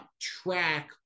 track